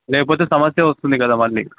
లేకపోతే సమస్య వస్తుంది కదా మళ్ళీ